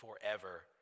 forever